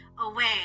away